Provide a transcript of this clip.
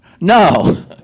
No